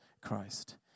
Christ